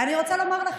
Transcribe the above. אני רוצה לומר לך,